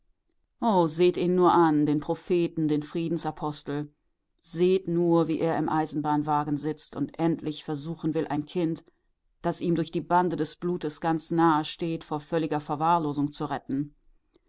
oh seht ihn nur an den propheten den friedensapostel seht nur wie er im eisenbahnwagen sitzt und endlich versuchen will ein kind das ihm durch die bande des blutes ganz nahesteht vor völliger verwahrlosung zu retten